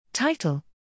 Title